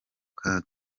kaga